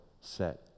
set